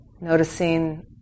noticing